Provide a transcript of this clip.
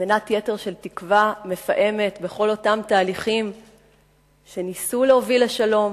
מנת יתר של תקווה מפעמת בכל אותם תהליכים שניסו להוביל לשלום,